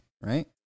right